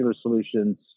solutions